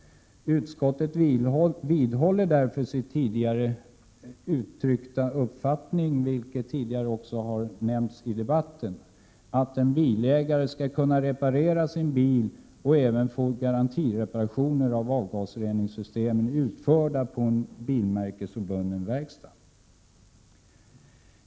Utskottet vidhåller därför sin tidigare uttryckta uppfattning att en bilägare skall kunna reparera sin bil och även få garantireparationer av avgasreningssystemet utförda på en bilmärkesobunden verkstad.